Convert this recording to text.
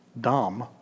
dumb